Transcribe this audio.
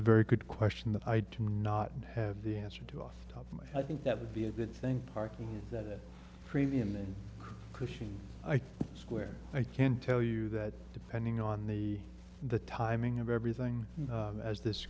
a very good question that i do not have the answer to off the top of my i think that would be a good thing parking that premium in cushing i think square i can tell you that depending on the the timing of everything as this